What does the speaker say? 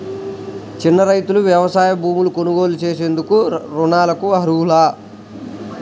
చిన్న రైతులు వ్యవసాయ భూములు కొనుగోలు చేసేందుకు రుణాలకు అర్హులా?